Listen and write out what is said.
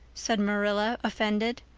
said marilla, offended.